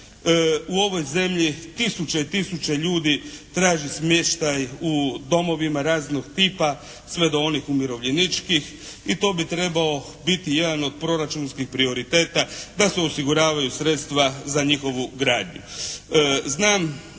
u ovoj zemlji tisuće i tisuće ljudi traži smještaj u domovima raznog tipa sve do onih umirovljeničkih i to bi trebao biti jedan od proračunskih prioriteta da se osiguravaju sredstva za njihovu gradnju.